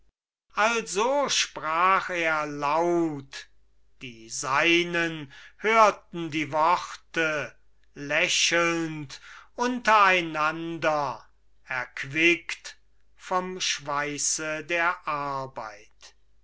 also sprach er laut die seinen hörten die worte lächelnd unter einander erquickt vom schweiße der arbeit